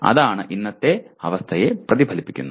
അതാണ് ഇന്നത്തെ അവസ്ഥയെ പ്രതിഫലിപ്പിക്കുന്നത്